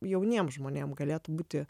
jauniem žmonėm galėtų būti